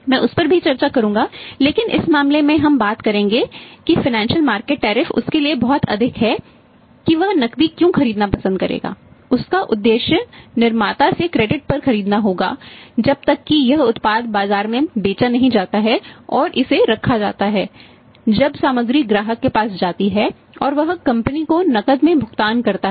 मैं उस पर भी चर्चा करूंगा लेकिन इस मामले में हम बात करेंगे की फ़ाइनेंशियल मार्केट टैरिफ को बनाए रख सकता है